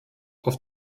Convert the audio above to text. auf